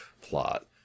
plot